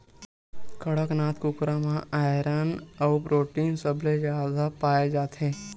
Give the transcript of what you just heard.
कड़कनाथ कुकरा म आयरन अउ प्रोटीन सबले जादा पाए जाथे